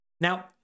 Now